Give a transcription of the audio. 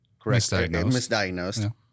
misdiagnosed